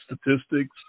statistics